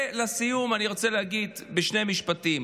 לסיום, אני רוצה להגיד בשני משפטים.